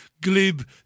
glib